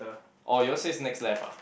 oh your all says next left ah